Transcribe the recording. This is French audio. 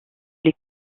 les